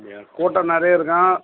அப்படியா கூட்டம் நிறைய இருக்கும்